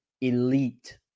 elite